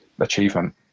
achievement